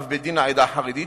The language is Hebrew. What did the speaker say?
אב בית-דין העדה החרדית,